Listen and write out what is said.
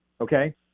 Okay